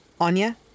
Anya